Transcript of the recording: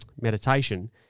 meditation